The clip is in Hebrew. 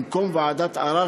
במקום ועדת ערר,